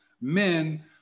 men